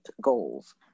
goals